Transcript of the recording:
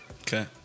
Okay